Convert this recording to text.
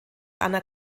anna